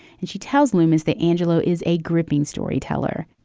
and she tells loomis that angelo is a gripping storyteller.